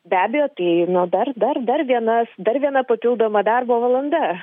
be abejo tai na dar dar dar vienas dar viena papildoma darbo valanda